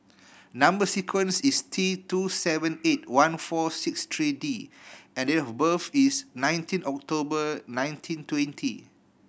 number sequence is T two seven eight one four six three D and date of birth is nineteen October nineteen twenty